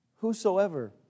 Whosoever